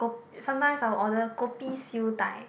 ko~ sometimes I will order kopi siew-dai